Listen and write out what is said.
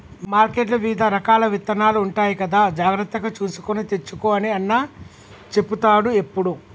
మార్కెట్లో వివిధ రకాల విత్తనాలు ఉంటాయి కదా జాగ్రత్తగా చూసుకొని తెచ్చుకో అని అన్న చెపుతాడు ఎప్పుడు